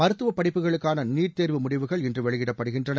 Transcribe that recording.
மருத்துவ படிப்புகளுக்கான நீட் தேர்வு முடிவுகள் இன்று வெளியிடப்படுகின்றன